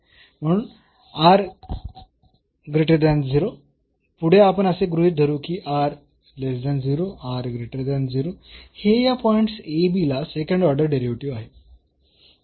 म्हणून पुढे आपण असे गृहीत धरू की हे या पॉईंट्स ला सेकंड ऑर्डर डेरिव्हेटिव्ह आहे